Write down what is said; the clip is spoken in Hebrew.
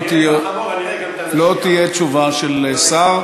לא תהיה תשובה של שר.